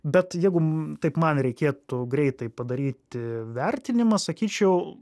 bet jeigu taip man reikėtų greitai padaryti vertinimą sakyčiau